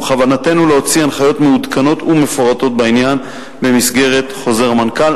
ובכוונתנו להוציא הנחיות מעודכנות ומפורטות בעניין במסגרת חוזר מנכ"ל.